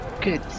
Good